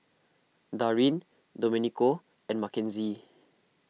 Darin Domenico and Makenzie